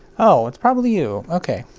oh! it's probably you, ok.